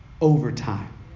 Overtime